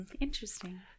Interesting